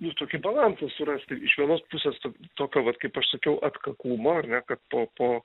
nu tokį balansą surasti iš vienos pusės to tokio vat kaip aš sakiau atkaklumo ar ne kad po po